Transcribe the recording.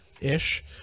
ish